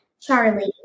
Charlie